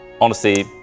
honestly-